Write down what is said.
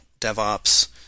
DevOps